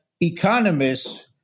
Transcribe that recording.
economists